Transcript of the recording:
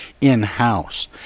in-house